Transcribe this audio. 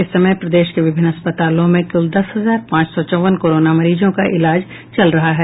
इस समय प्रदेश के विभिन्न अस्पतालों में कुल दस हजार पांच सौ चौवन कोरोना मरीजों का इलाज चल रहा है